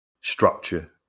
structure